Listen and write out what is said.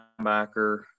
linebacker